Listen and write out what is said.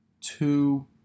two